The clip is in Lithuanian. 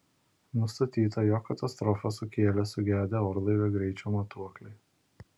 nustatyta jog katastrofą sukėlė sugedę orlaivio greičio matuokliai